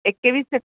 एकवीस